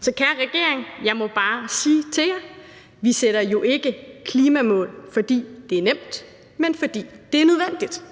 Så kære regering, jeg må bare sige til jer, at vi jo ikke sætter klimamål, fordi det er nemt, men fordi det er nødvendigt.